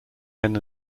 hen